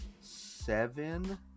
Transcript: seven